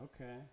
okay